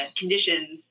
conditions